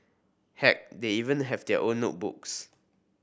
heck they even have their own notebooks